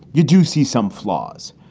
you do see some flaws.